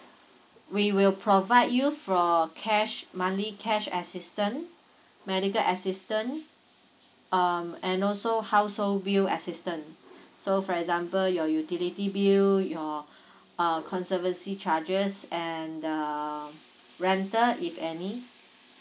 we will provide you for cash monthly cash assistance medical assistance um and also household bill assistance so for example your utility bill your err conservancy charges and uh rental if any